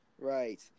Right